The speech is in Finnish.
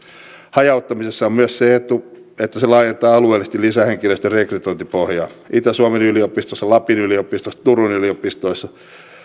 hajauttamisessa on myös se etu että se laajentaa alueellisesti lisähenkilöstön rekrytointipohjaa itä suomen yliopistossa lapin yliopistossa turun yliopistossa